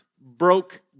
broke